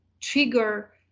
trigger